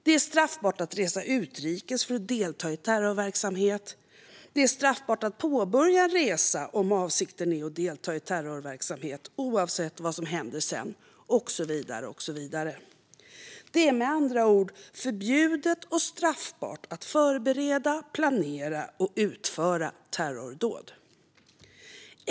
Det är straffbart att resa utrikes för att delta i terrorverksamhet, och det är straffbart att påbörja en resa om avsikten är att delta i terrorverksamhet oavsett vad som händer sedan och så vidare. Det är med andra ord förbjudet och straffbart att förbereda, planera och utföra terrordåd.